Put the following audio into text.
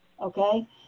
Okay